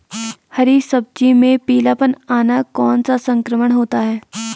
हरी सब्जी में पीलापन आना कौन सा संक्रमण होता है?